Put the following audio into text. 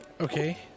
okay